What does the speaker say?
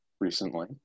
recently